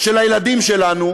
של הילדים שלנו,